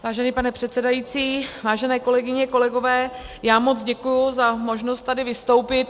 Vážený pane předsedající, vážené kolegyně, kolegové, já moc děkuji za možnost tady vystoupit.